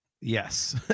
Yes